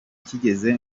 kigeze